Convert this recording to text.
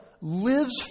lives